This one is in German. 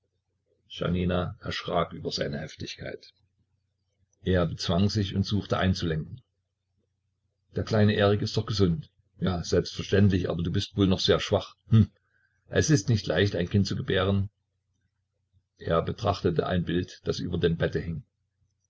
janina erschrak über seine heftigkeit er bezwang sich und suchte einzulenken der kleine erik ist doch gesund ja selbstverständlich aber du bist wohl noch sehr schwach hm es ist nicht leicht ein kind zu gebären er betrachtete ein bild das über dem bette hing